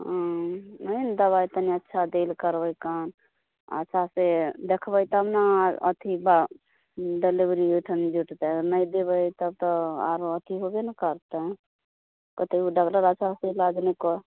हूँ ओहे ने दबाइ तनि अच्छा देल करबै काम अच्छा से देखबै तब ने आओर अथी तऽ डेलिबरी ओहिठाम जुटतै नहि देबै तब तऽ आरो अथी होबे ने करतै कहतै डाकडर अच्छा से इलाज नहि कर